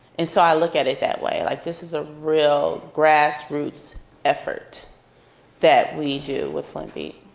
and so i look at it that way like this is a real grassroots effort that we do with flint beat.